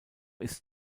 ist